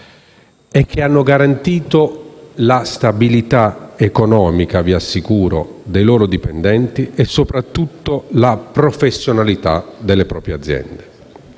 state, hanno garantito la stabilità economica dei loro dipendenti e, soprattutto, la professionalità delle proprie aziende.